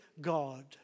God